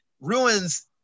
Ruins